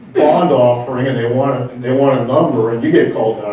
found off where and and they want ah they want a number and you get called